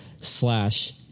slash